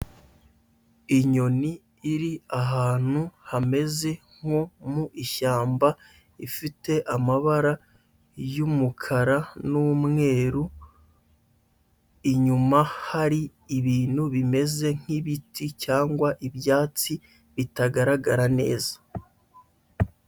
Inyoni iri ahantu hameze nko mu ishyamba, ifite amabara y'umukara n'umweru, inyuma hari ibintu bimeze nk'ibiti cyangwa ibyatsi bitagaragara neza.